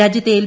രാജ്യത്തെ എൽ